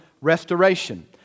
restoration